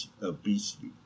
Obesity